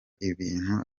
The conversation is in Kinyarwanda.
ibintu